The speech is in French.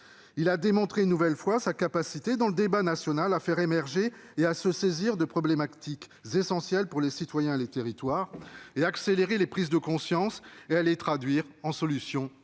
il a démontré, une nouvelle fois, sa capacité à faire émerger dans le débat national des problématiques essentielles pour les citoyens et les territoires, à accélérer les prises de conscience et à les traduire en solutions